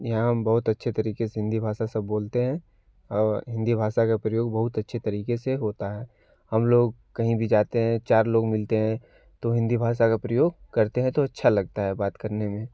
यहाँ बहुत अच्छे तरिके से हिंदी भाषा सब बोलते है और हिंदी भाषा का प्रयोग बहुत अच्छे तरीके से होता है हम लोग कही भी जाते है चार लोग मिलते है तो हिंदी भाषा का प्रयोग करते है तो अच्छा लगता है बात करने में